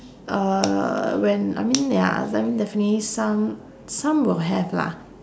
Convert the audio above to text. uh when I mean ya some definitely some some will have lah